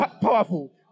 powerful